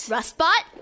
Rustbot